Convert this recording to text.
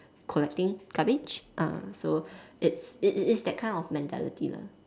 collecting garbage ah so it's it it it's that kind of mentality lah